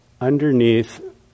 underneath